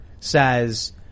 says